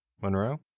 Monroe